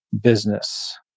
business